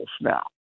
now